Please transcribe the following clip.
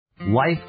Life